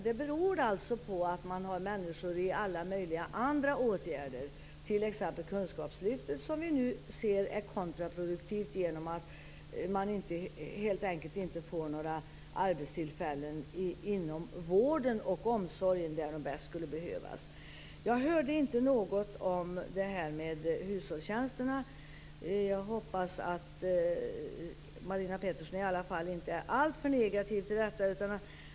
Det beror på att människor befinner sig i en mängd andra åtgärder, t.ex. kunskapslyftet. Vi ser nu att det är kontraproduktivt, eftersom det inte skapas några arbetstillfällen inom vård och omsorg där de bäst behövs. Jag hörde inte något om hushållstjänster. Jag hoppas att Marina Pettersson inte är alltför negativ till detta.